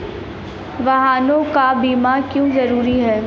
वाहनों का बीमा क्यो जरूरी है?